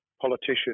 politician